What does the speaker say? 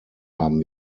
haben